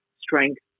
strength